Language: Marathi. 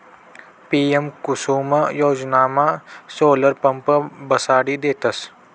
पी.एम कुसुम योजनामा सोलर पंप बसाडी देतस